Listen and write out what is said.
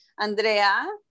Andrea